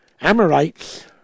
Amorites